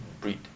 breed